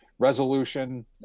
Resolution